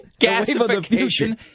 gasification